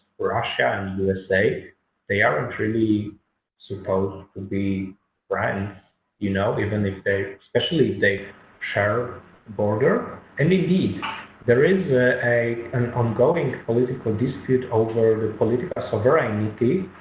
russia and usa they aren't really supposed to be friends you know even if they specially days shell border and indeed there is a an ongoing political dispute over the political sovereignity